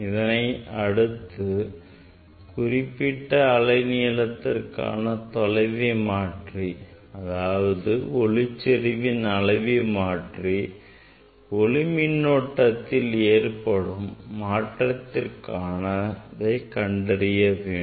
இதனை அடுத்து குறிப்பிட்ட அலை நீளத்திற்கு தொலைவை மாற்றி அதாவது ஒளிச்செறிவின் அளவை மாற்றி ஒளி மின்னோட்டத்தில் ஏற்படும் மாற்றத்தினை கண்டறிய வேண்டும்